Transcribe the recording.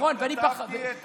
כתבתי את הכול,